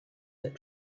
that